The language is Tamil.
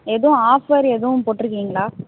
எதுவும் ஆஃபர் எதுவும் போட்டிருக்கிங்களா